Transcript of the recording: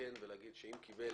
לתקן ולהגיד שאם קיבל